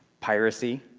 piracy,